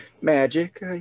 magic